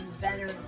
better